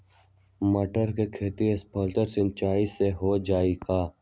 मटर के खेती स्प्रिंकलर सिंचाई से हो जाई का?